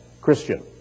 Christian